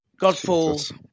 Godfall